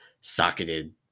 socketed